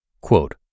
Quote